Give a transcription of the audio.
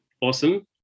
Awesome